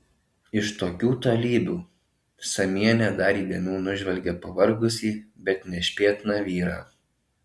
iš tokių tolybių samienė dar įdėmiau nužvelgia pavargusį bet nešpėtną vyrą